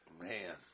Man